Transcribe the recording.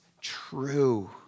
true